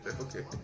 Okay